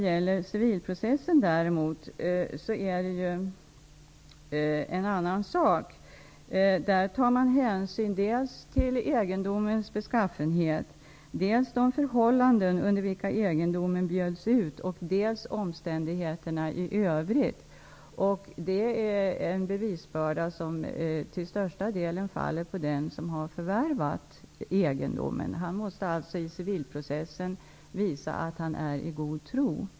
I civilprocessen tar man däremot hänsyn dels till egendomens beskaffenhet, dels till de förhållanden under vilka egendomen bjöds ut, dels till omständigheterna i övrigt. Bevisbördan faller där till största delen på den som har förvärvat egendomen. Han måste i civilprocessen visa att han varit i god tro.